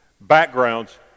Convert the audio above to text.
backgrounds